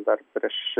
dar prieš